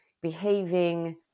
behaving